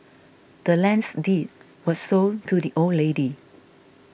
the land's deed was sold to the old lady